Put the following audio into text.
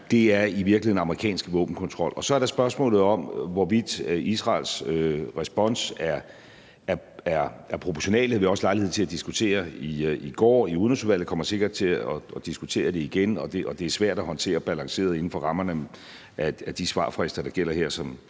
henhold til amerikansk eksportkontrol. Så er der spørgsmålet om, hvorvidt Israels respons er proportional, og det havde vi også lejlighed til at diskutere i Udenrigsudvalget i går, og vi kommer sikkert til at diskutere det igen, men det er svært at håndtere balanceret inden for rammerne af de svartider, der gælder her,